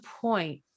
point